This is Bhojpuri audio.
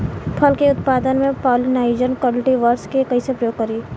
फल के उत्पादन मे पॉलिनाइजर कल्टीवर्स के कइसे प्रयोग करी?